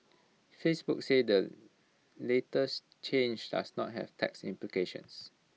Facebook said the latest change does not have tax implications